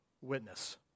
witness